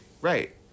Right